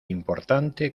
importante